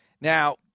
Now